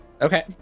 Okay